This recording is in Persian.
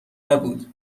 نبود